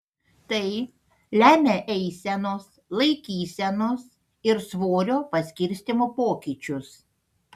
tai lemia eisenos laikysenos ir svorio paskirstymo pokyčius